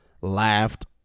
laughed